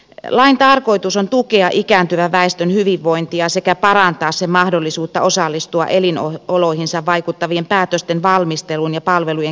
lain tarkoitus on tukea ikääntyvän väestön hyvinvointia sekä parantaa sen mahdollisuutta osallistua elinoloihinsa vaikuttavien päätösten valmisteluun ja palvelujen kehittämiseen